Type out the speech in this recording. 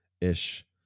ish